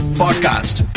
podcast